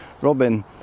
Robin